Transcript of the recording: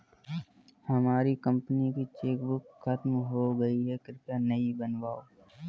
हमारी कंपनी की चेकबुक खत्म हो गई है, कृपया नई बनवाओ